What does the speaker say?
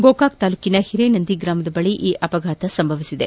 ಗೋಕಾಕ್ ತಾಲೂಕಿನ ಹಿರೇನಂದಿ ಗ್ರಾಮದ ಬಳಿ ಈ ಅಪಘಾತ ಸಂಭವಿಸಿದೆ